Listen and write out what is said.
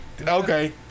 Okay